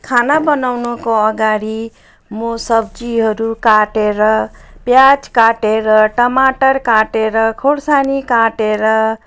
खाना बनाउनुको अगाडि म सब्जीहरू काटेर प्याज काटेर टमाटर काटेर खोर्सानी काटेर